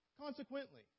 Consequently